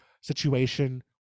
situation